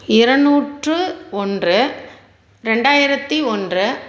இரநூற்றி ஒன்று ரெண்டாயிரத்தி ஒன்று